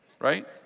right